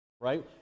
right